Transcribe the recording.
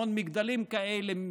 המון מגדלים כאלה,